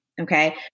Okay